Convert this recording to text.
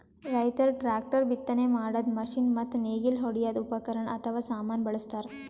ರೈತರ್ ಟ್ರ್ಯಾಕ್ಟರ್, ಬಿತ್ತನೆ ಮಾಡದ್ದ್ ಮಷಿನ್ ಮತ್ತ್ ನೇಗಿಲ್ ಹೊಡ್ಯದ್ ಉಪಕರಣ್ ಅಥವಾ ಸಾಮಾನ್ ಬಳಸ್ತಾರ್